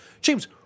James